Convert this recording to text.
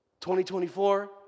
2024